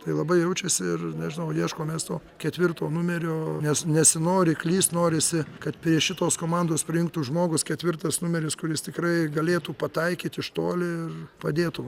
tai labai jaučiasi ir nežinau ieškom mes to ketvirto numerio nes nesinori klyst norisi kad prie šitos komandos prijungtų žmogus ketvirtas numeris kuris tikrai galėtų pataikyt iš toli ir padėtų